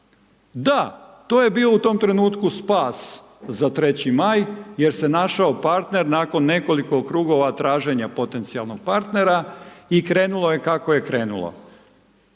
Da, to je bio u tom trenutku spas za 3Maj, jer se našao partner nakon nekoliko krugova traženja potencijalnih partnera i krenulo je kako je krenulo.